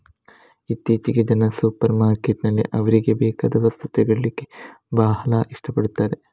ಇತ್ತೀಚೆಗೆ ಜನ ಸೂಪರ್ ಮಾರ್ಕೆಟಿನಲ್ಲಿ ಅವ್ರಿಗೆ ಬೇಕಾದ ವಸ್ತು ತಗೊಳ್ಳಿಕ್ಕೆ ಭಾಳ ಇಷ್ಟ ಪಡ್ತಾರೆ